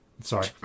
Sorry